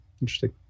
Interesting